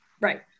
right